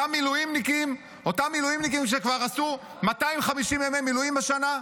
אותם מילואימניקים שכבר עשו 250 ימי מילואים בשנה?